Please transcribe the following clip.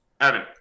Evan